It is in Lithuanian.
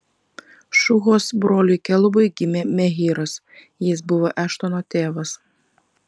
šuhos broliui kelubui gimė mehyras jis buvo eštono tėvas